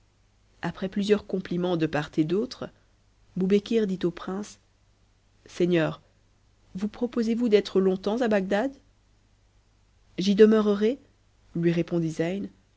après plusieurs compliments de part et d'autre boubekir dit au prince seigneur vous proposez-vous d'être longtemps i bagdad j'y demeurerai lui répondit zcyn